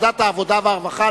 העבודה והרווחה,